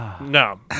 No